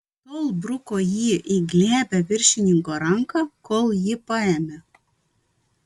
tol bruko jį į glebią viršininko ranką kol jį paėmė